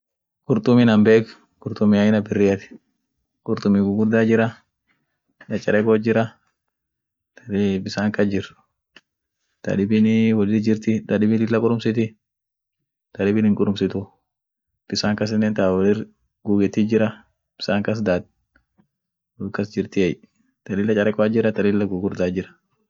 Qurtumin an beek qurtumi aina birriat qurtumi gugurdaat jirra, chachareko jirra ta bissan kajjir, tadibinii wolir jirti, tadibin lilla qurumsiti, tadibin hinkurumsitu, bissan kassinen ta wollir gugetiit jirra bissann kas daad, wol kas jirtiey, ta lilla charekoat jirra ta lilla gugurdaat jirr.